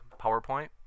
powerpoint